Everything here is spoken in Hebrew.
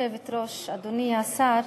גברתי היושבת-ראש, אדוני השר,